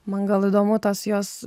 man gal įdomu tas jos